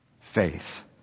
faith